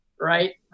right